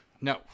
No